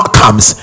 comes